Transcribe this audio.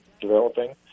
developing